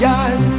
eyes